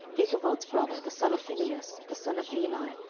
ichabod's brother, the son of phinehas, the son of eli,